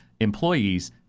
employees